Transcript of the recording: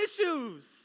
issues